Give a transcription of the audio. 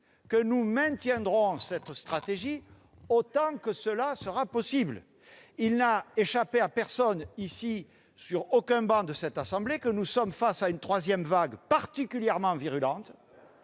que nous maintiendrons cette stratégie autant que cela sera possible. Il n'a échappé à personne, sur aucune travée de cette assemblée, que nous sommes face à une troisième vague particulièrement virulente.